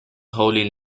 holy